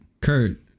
Kurt